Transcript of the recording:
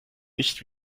nicht